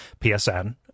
PSN